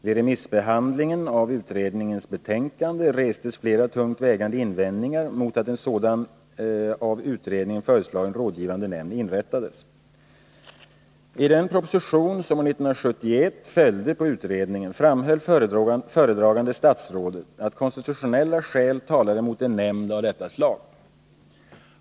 Vid remissbehandlingen av utredningens betänkande restes flera tungt vägande invändningar mot att en sådan rådgivande nämnd som den av utredningen föreslagna inrättades. I den proposition som år 1971 följde på utredningen framhöll föredragande statsrådet att konstitutionella skäl talade emot en nämnd av detta slag.